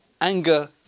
anger